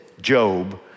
Job